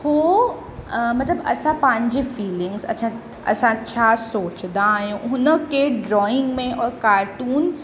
हू मतिलबु असां पंहिंजे फीलिंग्स अछा असां छा सोचंदा आहियूं हुन खे ड्रॉइंग में कार्टून